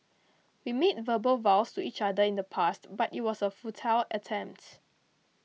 we made verbal vows to each other in the past but it was a futile attempt